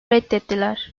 reddettiler